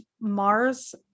Mars